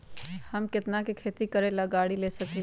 हम केतना में खेती करेला गाड़ी ले सकींले?